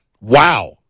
Wow